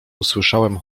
usłyszałem